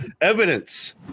evidence